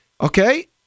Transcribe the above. Okay